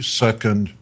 second